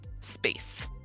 space